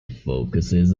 focuses